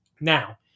Now